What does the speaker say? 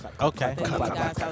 Okay